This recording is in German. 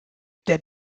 der